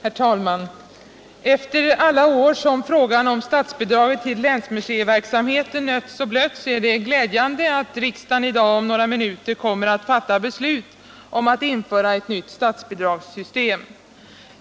Herr talman! Efter alla år som frågan om statsbidraget till länsmuseiverksamheten stötts och blötts är det glädjande att riksdagen — Nr 111 i dag om några minuter kommer att fatta beslut om att införa ett nytt Onsdagen den statsbidragssystem.